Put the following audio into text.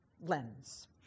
lens